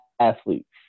athletes